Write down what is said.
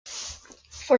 for